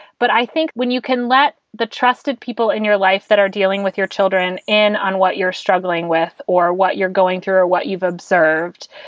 but i think when you can let the trusted people in your life that are dealing with your children and on what you're struggling with or what you're going through or what you've observed,